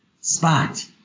spot